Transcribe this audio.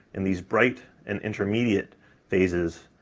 in these bright and intermediate phases